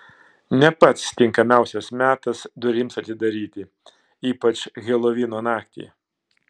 ne pats tinkamiausias metas durims atidaryti ypač helovino naktį